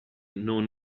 non